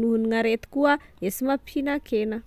noho gn'aretiko a da sy mihinan-kena ah.